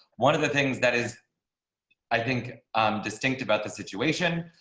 one of the things that is i think um distinct about the situation.